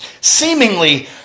seemingly